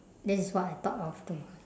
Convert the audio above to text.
this is what I thought of too